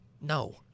No